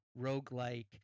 roguelike